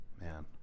Man